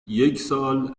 یکسال